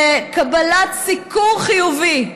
בקבלת סיקור חיובי.